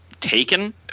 taken